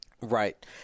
Right